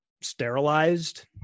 sterilized